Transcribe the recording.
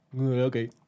okay